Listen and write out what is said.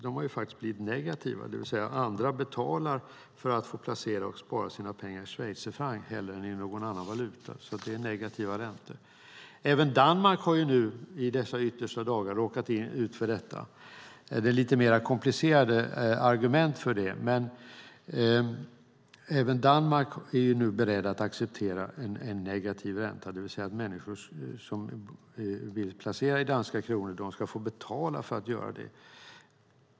De har faktiskt blivit negativa, det vill säga att andra betalar för att få placera och spara sina pengar i schweizerfranc hellre än i någon annan valuta. Det är alltså negativa räntor. Även Danmark har råkat ut för detta; det är mer komplicerade argument för det. Även Danmark är nu berett att acceptera en negativ ränta, det vill säga att människor som vill placera i danska kronor får betala för att göra det.